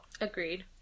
Agreed